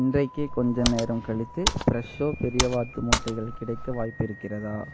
இன்றைக்கே கொஞ்சம் நேரம் கழித்து ஃப்ரெஷோ பெரிய வாத்து முட்டைகள் கிடைக்க வாய்ப்பு இருக்கிறதா